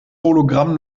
hologramm